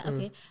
Okay